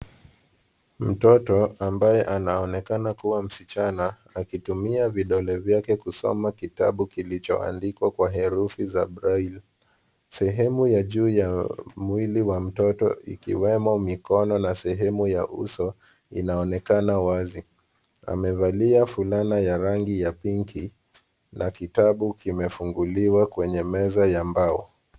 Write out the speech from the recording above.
Mtoto ambaye anaonekana kuwa msichana akitumia vidole vyake kusoma kitabu kilichoandikwa kwa herufi za braille . Sehemu ya juu ya mwili wa mtoto ikiwemo mikono na sehemu ya uso inaonekana wazi. Amevalia fulana ya rangi ya pinki na kitabu kimefunguliwa kwenye meza ya mbao.